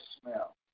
smell